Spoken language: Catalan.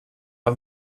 amb